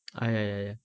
ah ya ya ya